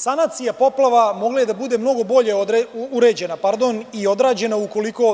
Sanacija poplava mogla je da bude mnogo bolje uređena i odrađena